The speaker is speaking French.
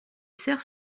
sœurs